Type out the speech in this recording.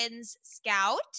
Scout